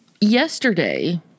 Yesterday